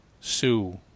sue